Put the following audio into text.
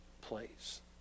place